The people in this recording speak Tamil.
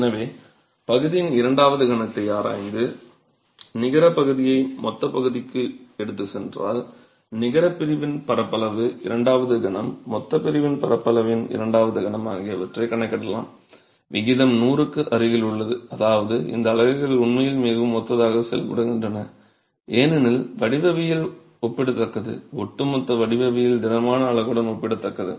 எனவே பகுதியின் இரண்டாவது கணத்தை ஆராய்ந்து நிகரப் பகுதியை மொத்தப் பகுதிக்கு எடுத்துச் சென்றால் நிகரப் பிரிவின் பரப்பளவின் இரண்டாவது கணம் மொத்தப் பிரிவின் பரப்பளவின் இரண்டாவது கணம் ஆகியவற்றைக் கணக்கிடலாம் விகிதம் 100 க்கு அருகில் உள்ளது அதாவது இந்த அலகுகள் உண்மையில் மிகவும் ஒத்ததாகவே செயல்படுகின்றன ஏனெனில் வடிவவியல் ஒப்பிடத்தக்கது ஒட்டுமொத்த வடிவவியல் திடமான அலகுடன் ஒப்பிடத்தக்கது